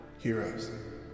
Heroes